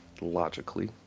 logically